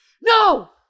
no